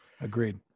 agreed